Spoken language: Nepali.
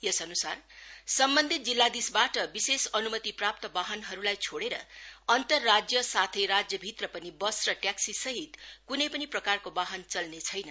यस अन्सार सम्बन्धित जिल्लाधीशबाट विशेष अनुमतिप्राप्त वाहनहरूलाई छोडेर अन्तर राज्य साथै राज्यभित्र पनि बस र ट्याक्सी सहित क्नै पनि प्रकारको वाहन चल्ने छैन